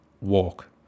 walk